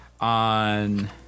on